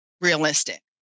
realistic